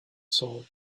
soul